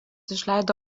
išleido